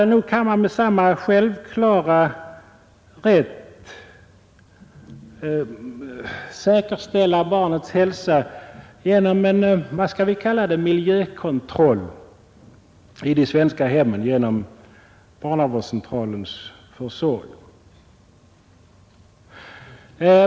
Nog kan man med samma självklara rätt säkerställa barnets hälsa genom vad jag vill kalla en miljökontroll i de svenska hemmen genom barnavårdscentralens försorg.